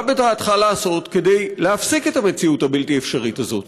מה בדעתך לעשות כדי להפסיק את המציאות הבלתי-אפשרית הזאת?